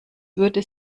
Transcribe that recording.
würde